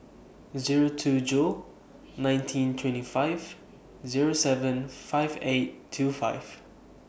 Zero two Jul nineteen twenty five Zero seven five eight two five